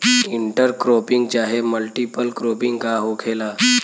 Inter cropping चाहे multiple cropping का होखेला?